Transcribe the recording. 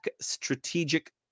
Strategic